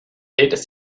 ist